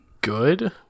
good